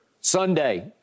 Sunday